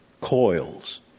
coils